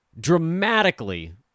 dramatically